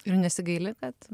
ir nesigaili kad